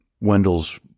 Wendell's